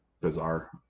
bizarre